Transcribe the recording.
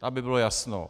Aby bylo jasno.